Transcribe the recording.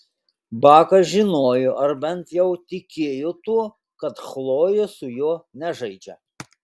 bakas žinojo ar bent jau tikėjo tuo kad chlojė su juo nežaidžia